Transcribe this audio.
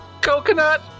Coconut